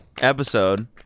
episode